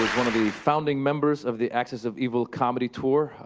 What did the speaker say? one of the founding members of the axis of evil comedy tour.